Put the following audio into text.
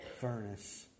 furnace